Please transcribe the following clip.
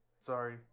Sorry